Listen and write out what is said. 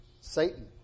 Satan